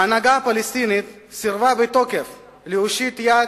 ההנהגה הפלסטינית סירבה בתוקף להושיט ידה